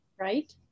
right